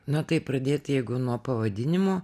na taip pradėt jeigu nuo pavadinimo